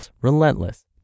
relentless